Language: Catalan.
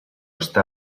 està